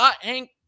Hank